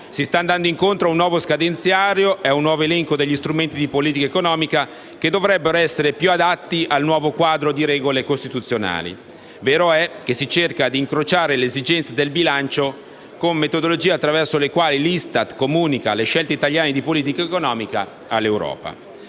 Si sta andando incontro a un nuovo scadenziario e a un nuovo elenco degli strumenti di politica economica, che dovrebbero essere più adatti al nuovo quadro di regole costituzionali. Vero è che si cerca di incrociare le esigenze del bilancio con le metodologie attraverso le quali l'ISTAT comunica le scelte italiane di politica economica all'Europa.